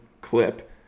clip